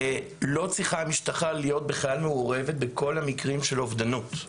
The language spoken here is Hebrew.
שלא צריכה המשטרה להיות בכלל מעורבת בכל המקרים של אובדנות,